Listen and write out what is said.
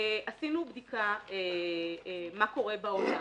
עשינו בדיקה מה קורה בעולם.